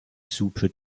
super